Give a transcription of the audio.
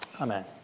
Amen